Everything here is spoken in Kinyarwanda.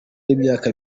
w’imyaka